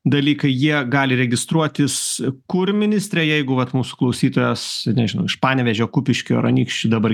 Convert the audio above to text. dalykai jie gali registruotis kur ministre jeigu vat mūsų klausytojas nežinau iš panevėžio kupiškio ar anykščių dabar